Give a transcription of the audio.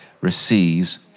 receives